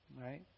Right